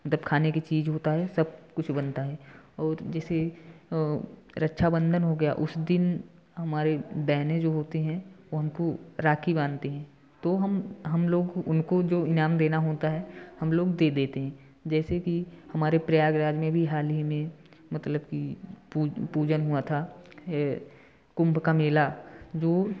मतलब खाने की चीज होता है सब कुछ बनता है और जैसे रक्षाबंधन हो गया उस दिन हमारी बहनें जो होती हैं वो हमको राखी बाँधती हैं तो हम हम लोग उनको जो इनाम देना होता है हम लोग दे देते हैं जैसे कि हमारे प्रयागराज में भी हाल ही में मतलब कि पूजन हुआ था कुम्भ का मेला जो